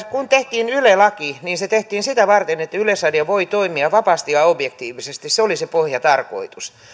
kun tehtiin yle laki niin se tehtiin sitä varten että yleisradio voi toimia vapaasti ja objektiivisesti se oli se pohjatarkoitus